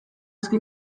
asko